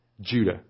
Judah